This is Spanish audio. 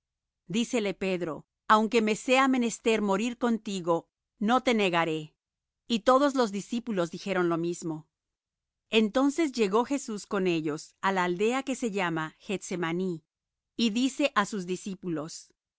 dícele pedro aunque me sea menester morir contigo no te negaré y todos los discípulos dijeron lo mismo entonces llegó jesús con ellos á la aldea que se llama gethsemaní y dice á sus discípulos